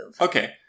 Okay